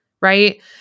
right